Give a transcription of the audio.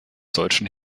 deutschen